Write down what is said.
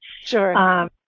Sure